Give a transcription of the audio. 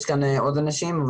יש כאן עוד אנשים.